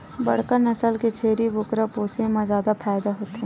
बड़का नसल के छेरी बोकरा पोसे म जादा फायदा होथे